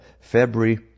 february